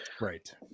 Right